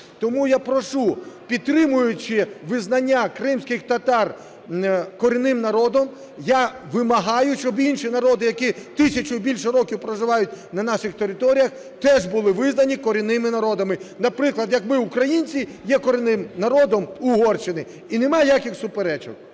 Тому я прошу, підтримуючи визнання кримських татар корінним народом, я вимагаю, щоб інші народи, які тисячу і більше років проживають на наших територіях, теж були визнані корінними народами. Наприклад, як ми, українці, є корінним народом в Угорщині – і немає ніяких суперечок.